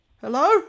Hello